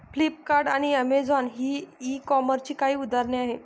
Flipkart आणि Amazon ही e कॉमर्सची काही उदाहरणे आहे